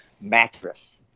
mattress